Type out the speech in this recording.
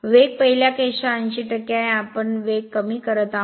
वेग पहिल्या केसच्या 80 आहे आम्ही वेग कमी करत आहोत